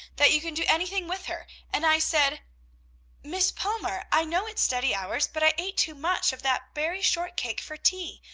that you can do anything with her, and i said miss palmer! i know it's study hours, but i ate too much of that berry shortcake for tea,